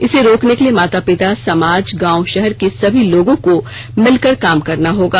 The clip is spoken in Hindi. इसे रोकने के लिए माता पिता समाज गांव शहर के सभी लोगों को मिलकर काम करना होगा